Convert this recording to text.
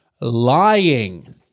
lying